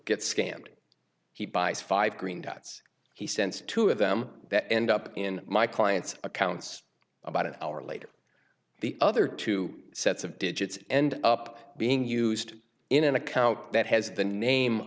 get scammed he buys five green dots he sends two of them that end up in my client's accounts about an hour later the other two sets of digits end up being used in an account that has the name